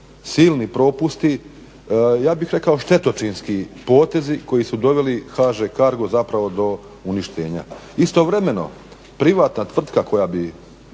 silni propusti, ja bih rekao štetočinski potezi koji su doveli HŽ-Cargo zapravo do uništenja. Istovremeno privatna tvrtka koja bi